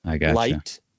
light